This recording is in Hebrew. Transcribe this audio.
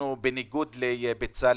בניגוד לבצלאל,